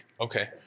Okay